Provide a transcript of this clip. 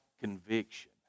conviction